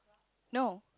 no